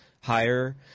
higher